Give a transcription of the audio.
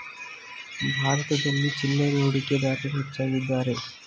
ಭಾರತದಲ್ಲಿ ಚಿಲ್ಲರೆ ಹೂಡಿಕೆದಾರರು ಹೆಚ್ಚಾಗಿದ್ದಾರೆ